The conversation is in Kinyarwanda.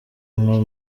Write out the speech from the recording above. nko